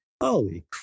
holy